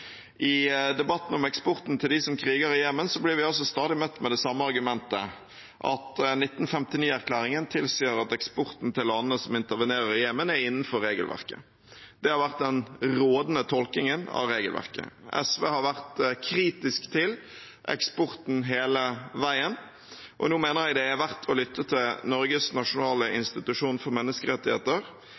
I debatten om eksporten til dem som kriger i Jemen, blir vi stadig møtt med det samme argumentet – at 1959-erklæringen tilsier at eksporten til landene som intervenerer i Jemen, er innenfor regelverket. Det har vært den rådende tolkningen av regelverket. SV har vært kritisk til eksporten hele veien, og nå mener jeg det er verdt å lytte til Norges nasjonale institusjon for menneskerettigheter.